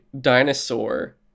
dinosaur